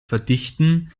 verdichten